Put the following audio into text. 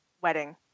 wedding